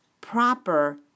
proper